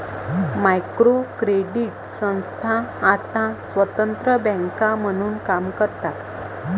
micro credit संस्था आता स्वतंत्र बँका म्हणून काम करतात